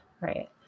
right